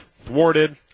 thwarted